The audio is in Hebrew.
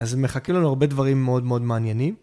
אז מחכים לנו הרבה דברים מאוד מאוד מעניינים.